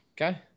okay